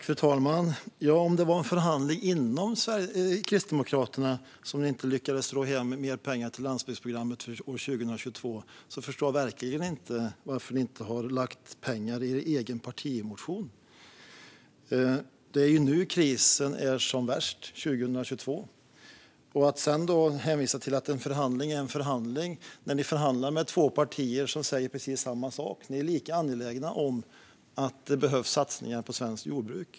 Fru talman! Var det då en förhandling inom Kristdemokraterna där ni inte lyckades ro hem mer pengar till landsbygdsprogrammet för år 2022? Jag förstår verkligen inte varför ni inte har lagt pengar i er egen partimotion. Det är ju nu, inför 2022, som krisen är som värst. Magnus Oscarsson hänvisar till att en förhandling är en förhandling. Men Kristdemokraterna förhandlar med två partier som säger precis samma sak och är lika angelägna om att det ska göras satsningar på svenskt jordbruk.